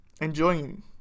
enjoying